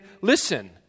listen